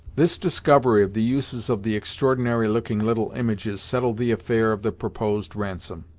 this discovery of the uses of the extraordinary-looking little images settled the affair of the proposed ransom.